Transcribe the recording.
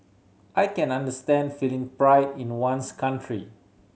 I can understand feeling pride in one's country